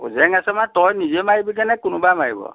জেং আছে মানে তই নিজে মাৰিবি গৈনে কোনোবাই মাৰিব